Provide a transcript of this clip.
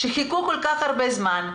שחיכו כל כך הרבה זמן,